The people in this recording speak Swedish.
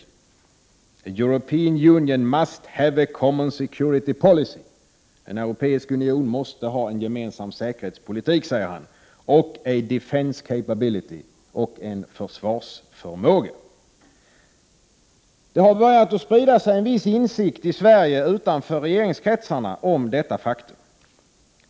Han framhåller: ”A European Union must have a common security policy and eventually a defense capability.” Alltså: En europeisk union måste ha en gemensam säkerhetspolitik och så småningom en försvarsförmåga. Det har börjat sprida sig en viss insikt i Sverige utanför regeringskretsarna om detta faktum.